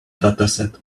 dataset